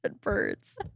Birds